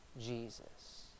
Jesus